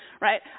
right